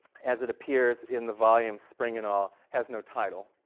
as it appears in the volume spring and all has no title